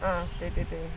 ah 对对对